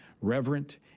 reverent